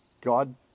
God